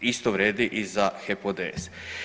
Isto vrijedi i za HEP ODS.